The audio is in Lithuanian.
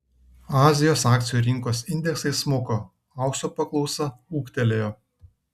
azijos akcijų rinkos indeksai smuko aukso paklausa ūgtelėjo